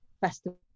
festival